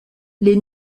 les